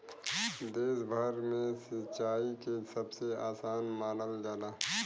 देश भर में सिंचाई के सबसे आसान मानल जाला